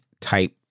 type